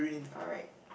alright